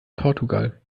portugal